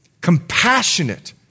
compassionate